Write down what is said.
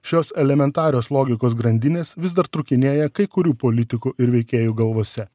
šios elementarios logikos grandinės vis dar trūkinėja kai kurių politikų ir veikėjų galvose